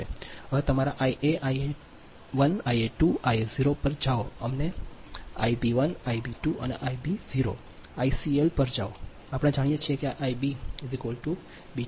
હવે તમારા IA 1 IA 2 IA 0 પર જાઓ હવે અમને આઇબી 1 આઈબી 2 આઇબો0 આઇસીએલ I પર જાઓ આપણે જાણીએ કે આઇબી બી